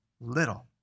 little